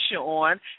on